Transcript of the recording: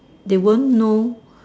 they won't know